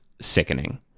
sickening